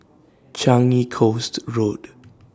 Changi Coast Road